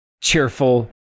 cheerful